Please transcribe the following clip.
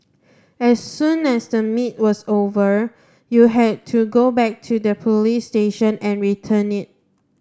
as soon as the meet was over you had to go back to the police station and return it